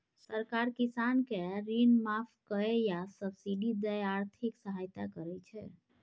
सरकार किसान केँ ऋण माफ कए या सब्सिडी दए आर्थिक सहायता करै छै